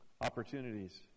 opportunities